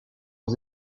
aux